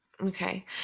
Okay